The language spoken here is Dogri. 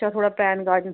अच्छा थुआढ़ा पैनकार्ड